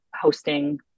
hosting